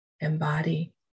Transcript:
embody